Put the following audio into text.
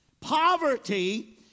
poverty